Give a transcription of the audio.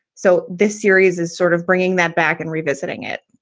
so this series is sort of bringing that back and revisiting it.